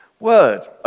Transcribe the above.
Word